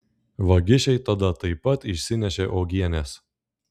vagišiai tada taip pat išsinešė uogienes